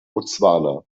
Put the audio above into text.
botswana